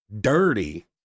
Dirty